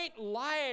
light